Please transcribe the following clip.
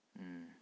ꯎꯝ